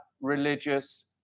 religious